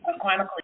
chronically